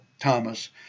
Thomas